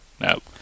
nope